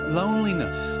loneliness